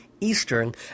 Eastern